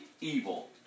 evil